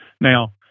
Now